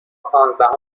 پانزدهم